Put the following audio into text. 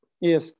Yes